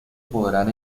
podrán